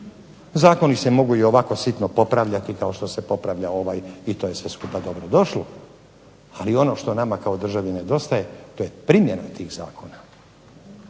Zakoni se mogu i ovako sitno ovako popravljati kao što se popravlja ovaj i to je sve skupa dobro došlo, ali ono nama kao državi nedostaje to je primjena tih zakona.